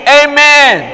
amen